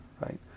right